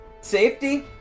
safety